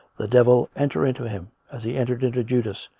the devil enter into him, as he entered into judas,